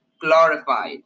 glorified